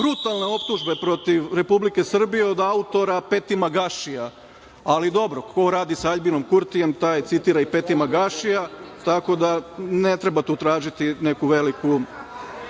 brutalne optužbe protiv Republike Srbije od autora Petima Gašija, ali dobro ko radi sa Aljbinom Kurtijem taj citira i Petima Gašija, tako da ne treba tu tražiti neku veliku